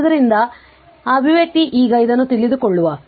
ಆದ್ದರಿಂದ ಅಭಿವ್ಯಕ್ತಿ ಈಗ ಇದನ್ನುತಿಳಿದುಕೊಳ್ಳುವ